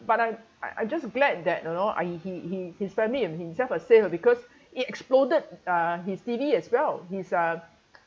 but I I I'm just glad that you know I he he he his family and himself are safe ah because it exploded uh his T_V as well his uh